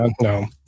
No